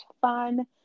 fun